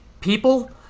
people